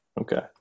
Okay